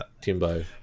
timbo